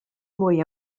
mwy